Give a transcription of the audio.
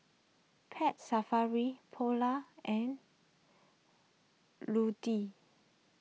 Pet Safari Polar and